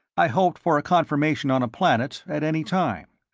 i hoped for a confirmation on a planet at any time.